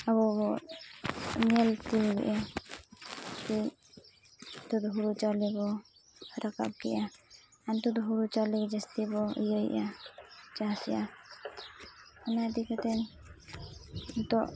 ᱟᱵᱚ ᱵᱚ ᱧᱮᱞ ᱛᱤᱭᱳᱜᱮᱜᱼᱟ ᱱᱤᱛᱳᱜ ᱫᱚ ᱦᱩᱲᱩ ᱪᱟᱣᱞᱮ ᱵᱚ ᱨᱟᱠᱟᱵ ᱠᱮᱜᱼᱟ ᱟᱨ ᱱᱤᱛᱳᱜ ᱫᱚ ᱦᱩᱲᱩ ᱪᱟᱣᱞᱮ ᱜᱮ ᱡᱟᱹᱥᱛᱤ ᱵᱚ ᱤᱭᱟᱹᱭᱮᱜᱼᱟ ᱪᱟᱥᱮᱜᱼᱟ ᱚᱱᱟ ᱤᱫᱤ ᱠᱟᱛᱮᱫ ᱱᱤᱛᱳᱜ